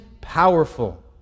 powerful